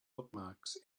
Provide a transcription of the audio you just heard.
bookmarks